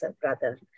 brother